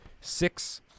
six